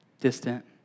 distant